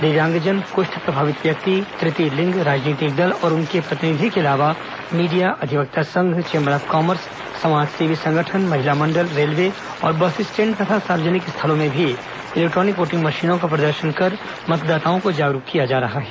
दिव्यांगजन कृष्ठ प्रभावित व्यक्ति तृतीय लिंग राजनीतिक दल और उनके प्रतिनिधि के अलावा मीडिया अधिवक्ता संघ चेम्बर ऑफ कॉमर्स समाजसेवी संगठन महिला मंडल रेलवे और बस स्टैण्ड तथा सार्वजनिक स्थलों में भी इलेक्ट्रॉनिक वोटिंग मशीनों का प्रदर्शन कर मतदाताओं को जागरूक किया जा रहा है